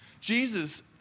Jesus